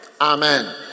Amen